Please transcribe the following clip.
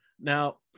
Now